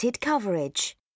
coverage